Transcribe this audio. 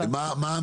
מהו,